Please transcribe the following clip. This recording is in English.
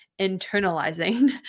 internalizing